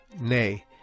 nay